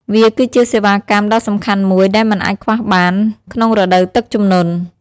វាគឺជាសេវាកម្មដ៏សំខាន់មួយដែលមិនអាចខ្វះបានក្នុងរដូវទឹកជំនន់។